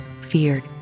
feared